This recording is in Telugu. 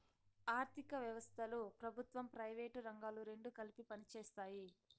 ఆర్ధిక వ్యవస్థలో ప్రభుత్వం ప్రైవేటు రంగాలు రెండు కలిపి పనిచేస్తాయి